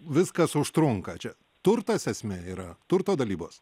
viskas užtrunka čia turtas esmė yra turto dalybos